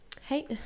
Hey